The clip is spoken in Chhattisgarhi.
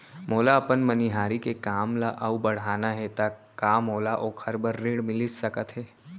मोला अपन मनिहारी के काम ला अऊ बढ़ाना हे त का मोला ओखर बर ऋण मिलिस सकत हे?